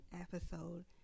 episode